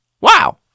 wow